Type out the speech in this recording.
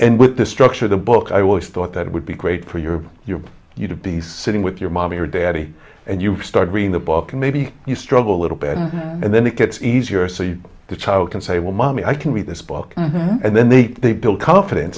and with the structure of the book i always thought that would be great for your your book you to be sitting with your mommy or daddy and you start reading the book maybe you struggle little bit and then it gets easier so you the child can say well mommy i can read this book and then they they build confidence